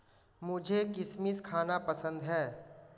मुझें किशमिश खाना पसंद है